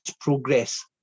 progress